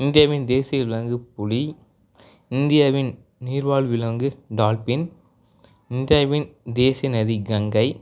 இந்தியாவின் தேசிய விலங்கு புலி இந்தியாவின் நீர்வால் விலங்கு டால்பின் இந்தியாவின் தேசிய நதி கங்கை